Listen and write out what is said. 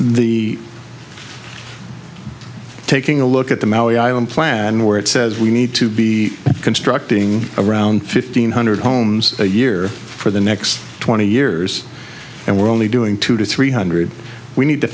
the taking a look at the maui island plan where it says we need to be constructing around fifteen hundred homes a year for the next twenty years and we're only doing two to three hundred we need to